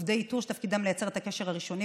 עובדי איתור שתפקידם לייצר את הקשר הראשוני